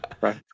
right